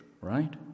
right